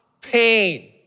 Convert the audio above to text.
pain